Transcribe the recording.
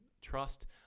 trust